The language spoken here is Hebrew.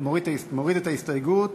מוריד את ההסתייגות.